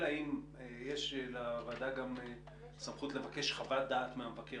אלא אם יש לוועדה גם סמכות לבקש חוות דעת מהמבקר